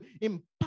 impact